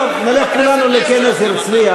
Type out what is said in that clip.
טוב, נלך כולנו לכנס הרצלייה.